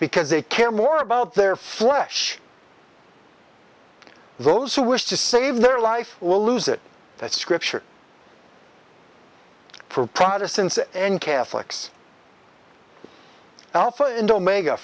because they care more about their flesh those who wish to save their life will lose it that scripture for protestants and catholics alpha and omega